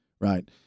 Right